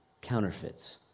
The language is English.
counterfeits